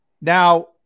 Now